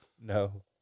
No